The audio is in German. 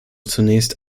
zunächst